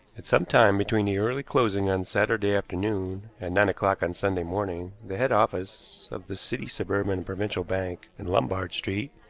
at some time between the early closing on saturday afternoon and nine o'clock on sunday morning the head office of the city, suburban and provincial bank, in lombard street,